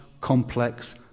complex